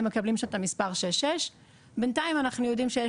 הם מקבלים שם את המספר 66. בינתיים אנחנו יודעים שיש